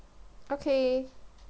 okay